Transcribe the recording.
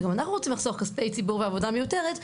וגם אנחנו רוצים לחסוך כספי ציבור ועבודה מיותרת.